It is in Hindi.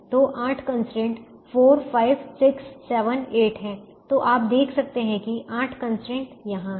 तो 8 कंस्ट्रेंट 4 5 6 7 8 हैं और आप देख सकते हैं कि 8 कंस्ट्रेंट यहां हैं